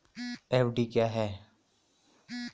FD क्या है?